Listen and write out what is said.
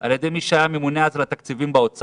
על ידי מי שהיה ממונה אז על התקציבים באוצר,